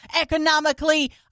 economically